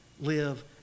live